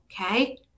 okay